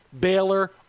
Baylor